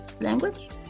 language